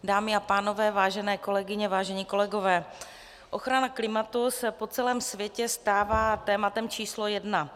Dámy a pánové, vážené kolegyně, vážení kolegové, ochrana klimatu se po celém světě stává tématem číslo jedna.